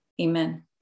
Amen